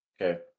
Okay